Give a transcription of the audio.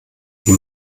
die